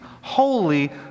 holy